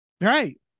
right